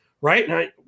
right